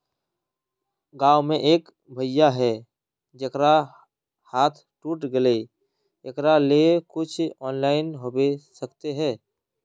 गाँव में एक भैया है जेकरा हाथ टूट गले एकरा ले कुछ ऑनलाइन होबे सकते है?